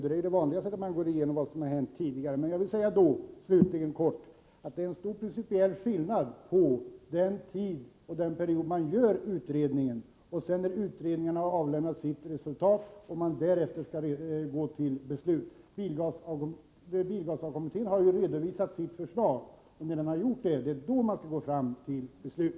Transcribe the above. Det är ju det vanliga när man går igenom vad som har hänt, men jag vill säga att det är stor principiell skillnad mellan den tid då utredningen arbetar och tiden därefter, när utredningen har lämnat sitt resultat och man skall gå till beslut. Bilavgaskommittén har ju redovisat förslag, och då gäller det att nå fram till ett beslut.